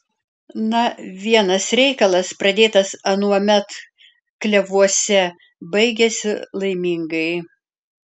na vienas reikalas pradėtas anuomet klevuose baigiasi laimingai